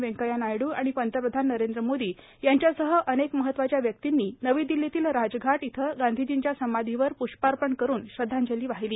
व्यंकय्या नायडू आणि पंतप्रधान नरेंद्र मोदी यांच्यासह अनेक महत्वाच्या व्यक्तिंनी नवी दिल्लीतील राजघाट इथं गांधीजींच्या समाधीवर प्रष्पार्पण करून श्रद्वांजली वाहिली